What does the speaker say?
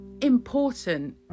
important